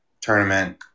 tournament